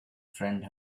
friend